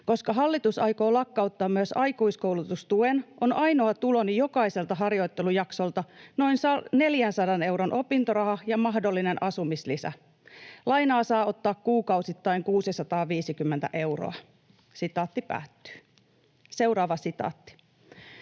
Koska hallitus aikoo lakkauttaa myös aikuiskoulutustuen, on ainoa tuloni jokaiselta harjoittelujaksolta noin 400 euron opintoraha ja mahdollinen asumislisä. Lainaa saa ottaa kuukausittain 650 euroa.” ”Asun kahdestaan